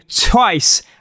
twice